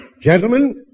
Gentlemen